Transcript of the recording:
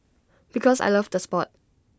because I loved the Sport